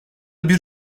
bir